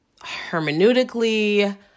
hermeneutically